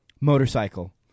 Motorcycle